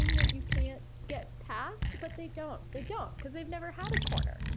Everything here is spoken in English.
that you can't get past? but they don't they don't because they've never had a corner!